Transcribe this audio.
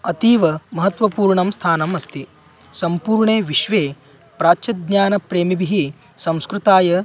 अतीव महत्वपूर्णं स्थानम् अस्ति सम्पूर्णे विश्वे प्राच्यज्ञानप्रेमिभिः संस्कृताय